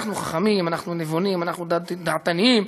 אנחנו חכמים, אנחנו נבונים, אנחנו דעתנים.